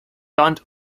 land